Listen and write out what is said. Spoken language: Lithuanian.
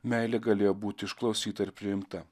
meilė galėjo būti išklausyta ir priimta